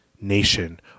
nation